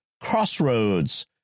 Crossroads